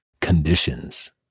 conditions